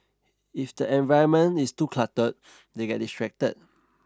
if the environment is too cluttered they get distracted